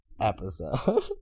episode